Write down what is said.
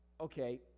okay